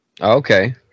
Okay